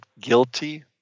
guilty